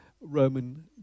Roman